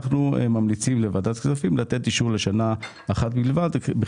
אנחנו ממליצים לוועדת הכספים לתת אישור לשנה אחת בלבד.